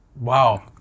Wow